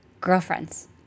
Girlfriends